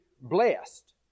blessed